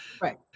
Right